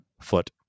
foot